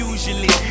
Usually